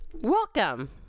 Welcome